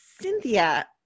Cynthia